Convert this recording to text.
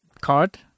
card